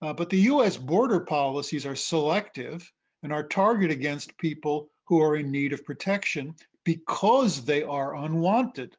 but the us border policies are selective and are targeted against people who are in need of protection because they are unwanted